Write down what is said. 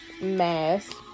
mask